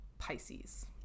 Pisces